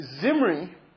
Zimri